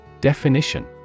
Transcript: Definition